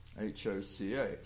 H-O-C-H